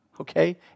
okay